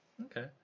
Okay